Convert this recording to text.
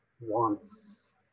Wants